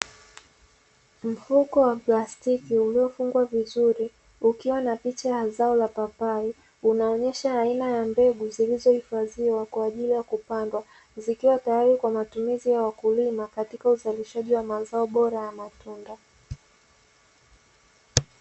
Mfuko wa platiki uliofungwa vizuri ukiwa na picha ya zao la papai inaonyesha aina ya mbegu zilizohifadhiwa kwa ajili ya kupanda, zikiwa tayari kwa matumizi ya wakulima uzalishaji wa mazao bora ya matunda.